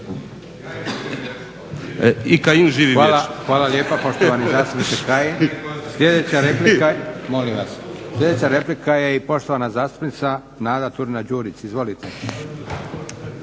Josip (SDP)** Hvala lijepa poštovani zastupniče Kajin. Sljedeća replika je poštovane zastupnice Nade Turina-Đurić. Izvolite.